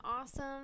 awesome